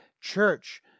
Church